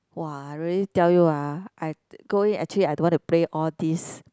[wah] I really tell you ah I go in I actually don't want to play these